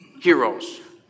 heroes